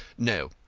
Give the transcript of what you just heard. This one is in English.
no,